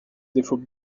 défaut